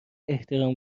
احترام